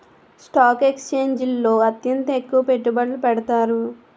stock ఎక్స్చేంజిల్లో అత్యంత ఎక్కువ పెట్టుబడులు పెడతారు